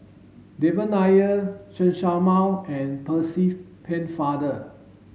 Devan Nair Chen Show Mao and Percy Pennefather